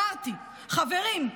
אמרתי: חברים,